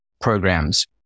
programs